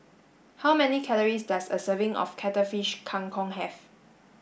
how many calories does a serving of cuttlefish Kang Kong have